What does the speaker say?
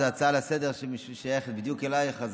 זו הצעה לסדר-היום ששייכת בדיוק אלייך,